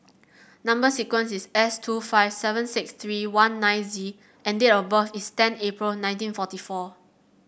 number sequence is S two five seven six three one nine Z and date of birth is ten April nineteen forty four